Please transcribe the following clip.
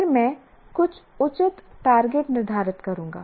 फिर मैं कुछ उचित टारगेट निर्धारित करूंगा